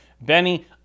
Benny